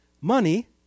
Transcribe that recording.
money